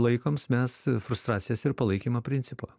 laikoms mes frustracijos ir palaikymo principo